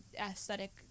aesthetic